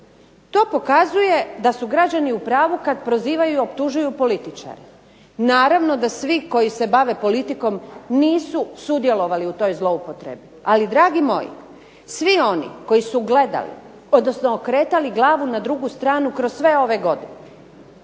To pokazuje da su građani u pravu kad prozivaju i optužuju političare. Naravno da svi koji se bave politikom nisu sudjelovali u toj zloupotrebi, ali dragi moji svi oni koji su gledali, odnosno okretali glavu na drugu stranu kroz sve ove godine,